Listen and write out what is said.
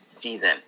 season